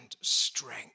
strength